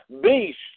beast